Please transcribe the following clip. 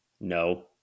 no